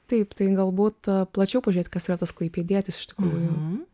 taip tai galbūt plačiau pažiūrėti kas yra tas klaipėdietis iš tikrųjų